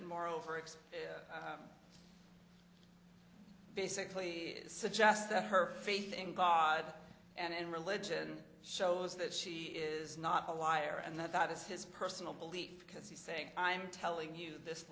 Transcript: and moreover it's basically suggests that her faith in god and religion shows that she is not a liar and that that is his personal belief because he's saying i'm telling you this